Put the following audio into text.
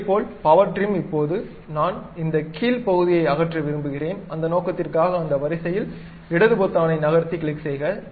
இதேபோல் power trim இப்போது நான் இந்த கீழ் பகுதியை அகற்ற விரும்புகிறேன் அந்த நோக்கத்திற்காக அந்த வரிசையில் இடது பொத்தானை நகர்த்தி கிளிக் செய்க